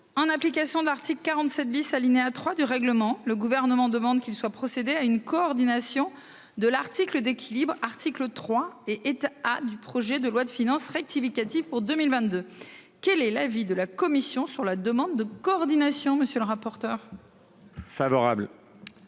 En application de l'article 47 , alinéa 3, du règlement du Sénat, le Gouvernement demande qu'il soit procédé à une coordination de l'article d'équilibre, article 3 et état A, du projet de loi de finances rectificative pour 2022. Quel est l'avis de la commission sur cette demande de coordination ? Avis favorable.